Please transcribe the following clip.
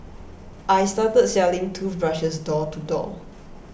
I started selling toothbrushes door to door